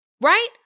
right